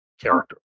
character